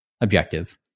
objective